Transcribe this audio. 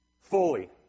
fully